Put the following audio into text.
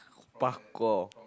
pakour